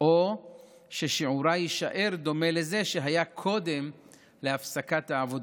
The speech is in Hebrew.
או ששיעורה יישאר דומה לזה שהיה קודם להפסקת העבודה.